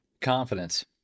Confidence